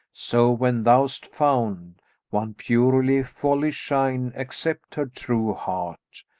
so when thou'st found one purely, wholly shine, accept her true heart,